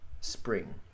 spring